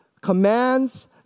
commands